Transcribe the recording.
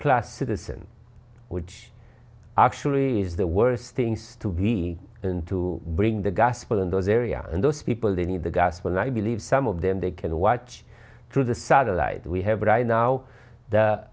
class citizen which actually is the worse things to be and to bring the gospel in those areas and those people they need the gas and i believe some of them they can watch through the satellite we have right now the